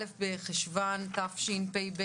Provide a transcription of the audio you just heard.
א' בחשוון תשפ"ב,